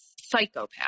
psychopath